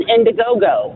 Indiegogo